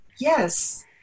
Yes